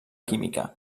química